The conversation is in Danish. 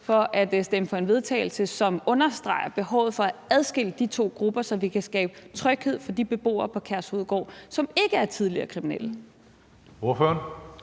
for et forslag til vedtagelse, som understreger behovet for at adskille de to grupper, så vi kan skabe tryghed for de beboere på Kærshovedgård, som ikke er tidligere kriminelle.